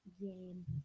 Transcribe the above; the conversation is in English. game